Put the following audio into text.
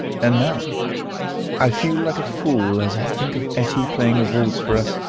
and now i feel like a fool as i think of etty playing a waltz for us,